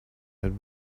had